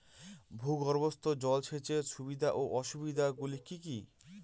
ভূগর্ভস্থ জল সেচের সুবিধা ও অসুবিধা গুলি কি কি?